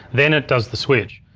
then it does the switch.